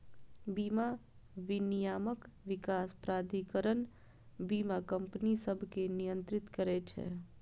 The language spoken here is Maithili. बीमा विनियामक विकास प्राधिकरण बीमा कंपनी सभकें नियंत्रित करै छै